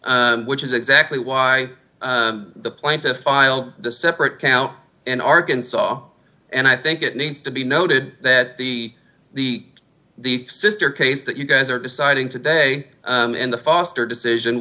which is exactly why the plaintiffs filed the separate count in arkansas and i think it needs to be noted that the the the sister case that you guys are deciding today and the foster decision